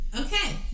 Okay